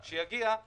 שיגיע.